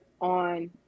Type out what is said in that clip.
on